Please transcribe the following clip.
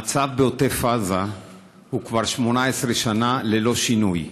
המצב בעוטף עזה הוא כבר 18 שנה ללא שינוי.